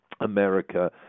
America